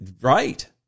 Right